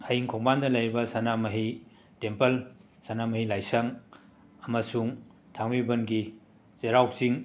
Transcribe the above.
ꯍꯌꯤꯡ ꯈꯣꯡꯕꯥꯟꯗ ꯂꯩꯔꯤꯕ ꯁꯅꯥꯃꯍꯤ ꯇꯦꯝꯄꯜ ꯁꯅꯥꯃꯍꯤ ꯂꯥꯏꯁꯪ ꯑꯃꯁꯨꯡ ꯊꯥꯡꯃꯩꯕꯟꯒꯤ ꯆꯩꯔꯥꯎ ꯆꯤꯡ